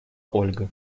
ольга